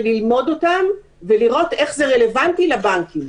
ללמוד אותם ולראות איך זה רלוונטי לבנקים.